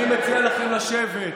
אני מציע לכם לשבת,